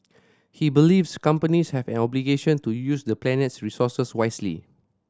he believes companies have an obligation to use the planet's resources wisely